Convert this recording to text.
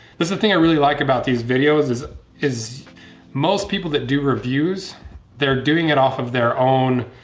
that's the thing i really like about these videos is is most people that do reviews they're doing it off of their own